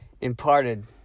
imparted